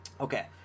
Okay